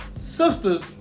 Sisters